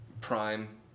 prime